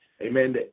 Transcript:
Amen